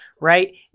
right